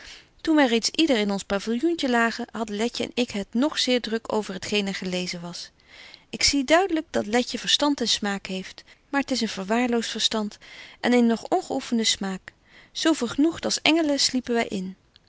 toen wy reeds yder in ons pavillioentje lagen hadden letje en ik het nog zeer druk over het geen er gelezen was ik zie duidelyk dat letje verstand en smaak heeft maar t is een verwaarloost verstand en een nog ongeoeffende smaak zo vergenoegt als engelen sliepen wy in